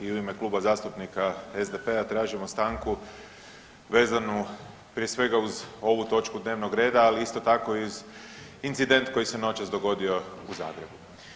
I u ime Kluba zastupnika SDP-a tražimo stanku vezanu prije svega uz ovu točku dnevnog reda, ali isto i uz incident koji se noćas dogodio u Zagrebu.